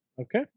Okay